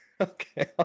Okay